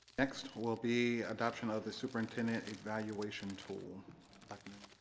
next will be adoption of the superintendent evaluation tool dr newnan